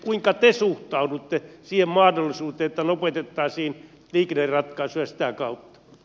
kuinka te suhtaudutte siihen mahdollisuuteen että lopetettaisiin liikenneratkaisuja sitä kautta